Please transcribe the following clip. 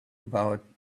about